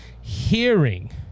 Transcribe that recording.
hearing